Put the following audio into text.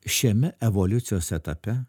šiame evoliucijos etape